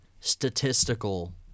statistical